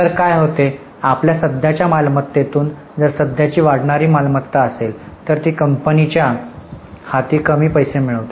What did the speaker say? तर काय होते आपल्या सध्याच्या मालमत्तेतून जर सध्याची वाढणारी मालमत्ता असेल तर ती कंपनीच्या हाती कमी पैसे मिळवते